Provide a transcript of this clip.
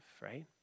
right